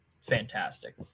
fantastic